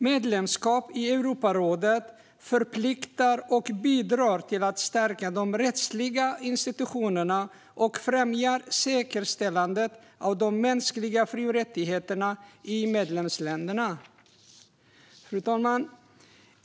Medlemskap i Europarådet förpliktar och bidrar till att stärka de rättsliga institutionerna och främja säkerställandet av de mänskliga fri och rättigheterna i medlemsländerna. Fru talman!